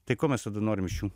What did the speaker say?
tai ko mes tada norim iš jų